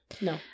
No